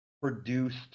produced